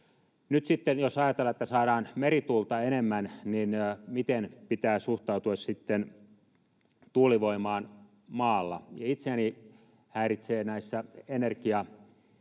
ajatellaan, että me saadaan merituulta enemmän, niin miten pitää suhtautua sitten tuulivoimaan maalla? Itseäni häiritsee näissä energia-asioissa